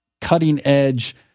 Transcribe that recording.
cutting-edge